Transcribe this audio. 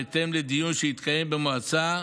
בהתאם לדיון שיתקיים במועצה,